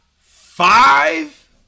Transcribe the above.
five